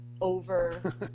over